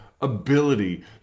ability